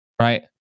Right